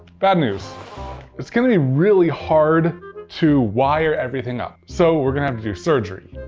bad news it's gonna be really hard to wire everything up. so we're gonna have to do surgery.